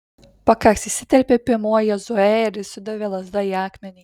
pakaks įsiterpė piemuo jozuė ir sudavė lazda į akmenį